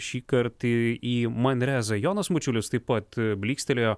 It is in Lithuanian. šįkart į į manrezą jonas mačiulis taip pat blykstelėjo